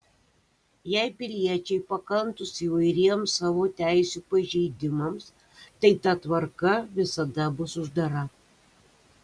jei piliečiai pakantūs įvairiems savo teisių pažeidimams tai ta tvarka visada bus uždara